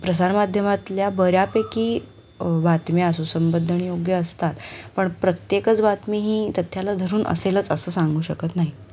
प्रसारमाध्यमातल्या बऱ्यापैकी बातम्या सुसंबद्ध आणि योग्य असतात पण प्रत्येकच बातमी ही त्याला धरून असेलच असं सांगू शकत नाही